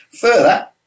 Further